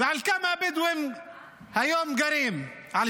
ועל כמה הבדואים גרים היום?